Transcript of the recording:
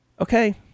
okay